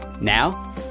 Now